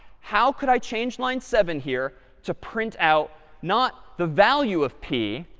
how could i change line seven here to print out, not the value of p,